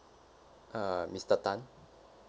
uh mister tan